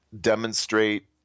demonstrate